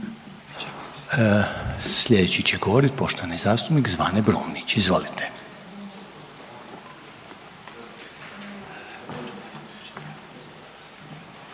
sad će govoriti poštovani zastupnik Bojan Glavašević. Izvolite.